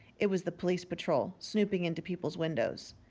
it was the police patrol, snooping into people's windows.